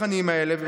התכנים האלה,